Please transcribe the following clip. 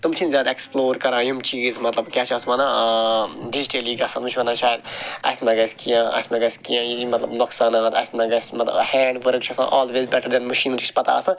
تِم چھِنہٕ زیادٕ ایکٕسپلور کران یِم چیٖز مطلب کیٛاہ چھِ اَتھ ونان ٲں ڈِجٹلی گژھان یِم چھِ ونان شاید اسہِ ما گژھہِ کیٚنٛہہ اسہِ ما گژھہِ کیٚنٛہہ یہِ مطلب نۄقصان اسہِ ما گژھہِ مطلب ہینٛڈ ورٕک چھِ آسان آلویز بیٚٹر دین مشیٖن یہِ چھِ پتہ آسان